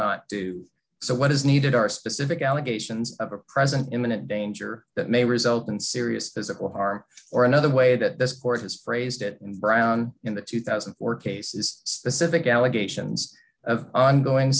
not do so what is needed are specific allegations of a present imminent danger that may result in serious physical harm or another way that this court has phrased it brown in the two thousand and four cases specific allegations of ongoing